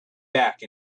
back